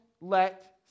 let